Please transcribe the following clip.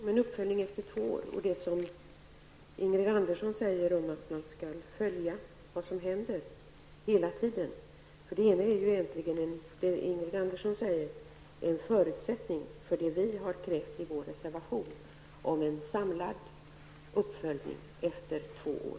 Herr talman! Det är ingen motsättning mellan det jag säger om en uppföljning efter två år och det Ingrid Andersson säger om att vi skall följa upp vad som händer hela tiden. Det Ingrid Andersson säger är ju egentligen en förutsättning för det vi kräver i vår reservation om en samlad uppföljning två år.